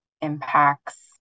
impacts